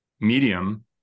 medium